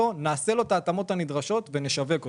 נעשה לו את ההתאמות הנדרשות ונשווק אותו.